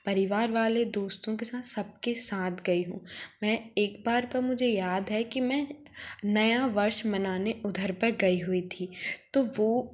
परिवार वाले दोस्तों के साथ सबके साथ गई हूँ मैं एक बार तो मुझे याद है कि मैं नया वर्ष मनाने उधर पर गई हुई थी तो वो